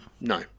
No